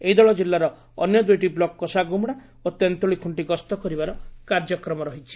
ଏହି ଦଳ ଜିଲ୍ଲାର ଅନ୍ୟ ଦୁଇଟି ବ୍ଲକ୍ କୋଷାଗୁମୁଡ଼ା ଓ ତେନ୍ତୁଳିଖୁଣ୍କି ଗସ୍ତ କରିବା କାର୍ଯ୍ୟକ୍ରମ ରହିଛି